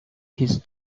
his